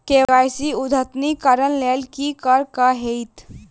KYC अद्यतनीकरण कऽ लेल की करऽ कऽ हेतइ?